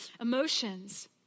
emotions